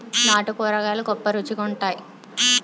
నాటు కూరగాయలు గొప్ప రుచి గుంత్తై